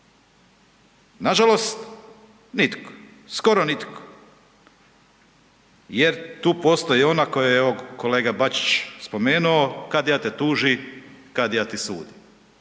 Nažalost, nitko, skoro nitko jer tu postoji ona koju je evo kolega Bačić spomenuo, „kadija te tuži, kadija ti sudi“,